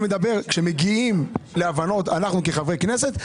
כשמגיעים להבנות אנחנו כחברי כנסת,